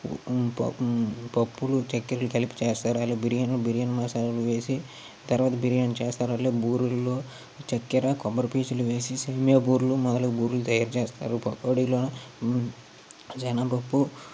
ప పప్పులు చెక్కరలు కలిపి చేస్తారు బిరియాని బిరియాని మసలాలు వేసి తర్వాత బిరియాని చేస్తారు అలాగే బూరెల్లో చక్కెర కొబ్బరి పీసులు వేసి సేమ్యా బూరెలు మొదలగు బూరెలు తయారు చేస్తారు పకోడీలు శెనగపప్పు